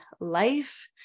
life